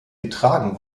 getragen